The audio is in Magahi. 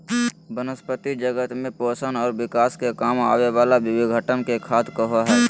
वनस्पती जगत में पोषण और विकास के काम आवे वाला विघटन के खाद कहो हइ